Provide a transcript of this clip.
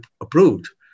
approved